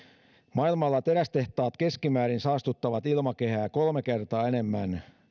maailmalla terästehtaat keskimäärin saastuttavat ilmakehää kolme kertaa enemmän